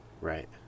Right